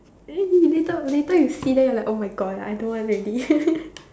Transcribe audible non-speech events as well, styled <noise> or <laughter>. then he later later you see then you're like oh-my-God I don't want already <laughs>